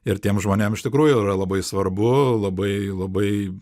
ir tiem žmonėm iš tikrųjų yra labai svarbu labai labai